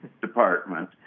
department